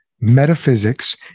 metaphysics